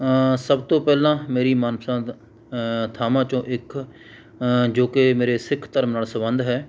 ਸਭ ਤੋਂ ਪਹਿਲਾਂ ਮੇਰੀ ਮਨਪਸੰਦ ਥਾਵਾਂ 'ਚੋਂ ਇੱਕ ਜੋ ਕਿ ਮੇਰੇ ਸਿੱਖ ਧਰਮ ਨਾਲ ਸੰਬੰਧ ਹੈ